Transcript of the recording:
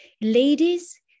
ladies